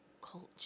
Culture